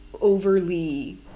overly